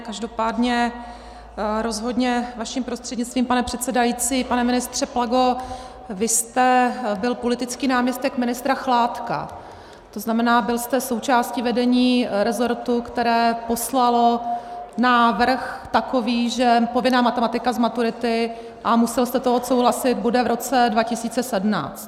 Každopádně rozhodně vaším prostřednictvím, pane předsedající, pane ministře Plago, vy jste byl politický náměstek ministra Chládka, to znamená, byl jste součástí vedení rezortu, které poslalo návrh takový, že povinná maturita z matematiky, a musel jste to odsouhlasit, bude v roce 2017.